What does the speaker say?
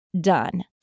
done